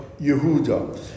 Yehuda